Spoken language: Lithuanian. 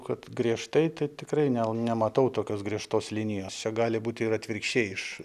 kad griežtai tai tikrai ne nematau tokios griežtos linijos čia gali būt ir atvirkščiai iš